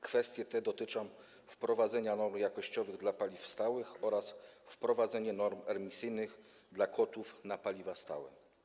Kwestie te dotyczą wprowadzenia norm jakościowych dla paliw stałych oraz wprowadzenia norm emisyjnych dla kotłów na paliwa stałe.